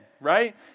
right